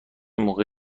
موقع